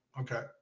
Okay